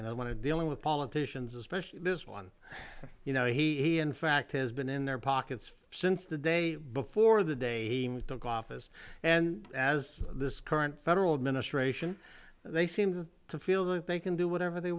and i want to dealing with politicians especially this one you know he in fact has been in their pockets since the day before the day he took office and as this current federal minister ation they seemed to feel that they can do whatever they